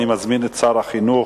אני מזמין את שר החינוך